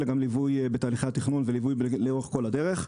אלא גם ליווי בתהליכי התכנון וליווי לאורך כל הדרך.